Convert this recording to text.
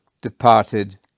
departed